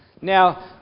Now